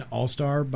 All-Star